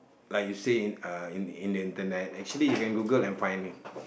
like you say in uh in the in the internet actually you can Google and find it